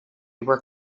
were